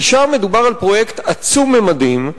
כי שם מדובר על פרויקט עצום ממדים,